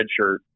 redshirt